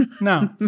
No